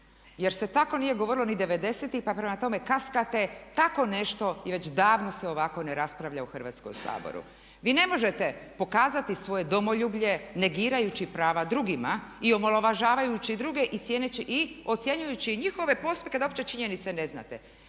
jer se tako nije govorilo ni '90.-tih pa prema tome kaskate tako nešto i već davno se ovako ne raspravlja u Hrvatskome saboru. Vi ne možete pokazati svoje domoljublje negirajući prava drugima i omalovažavajući druge i ocjenjujući i njihove postupke da uopće činjenice ne znate.